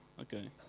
okay